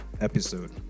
episode